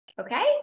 Okay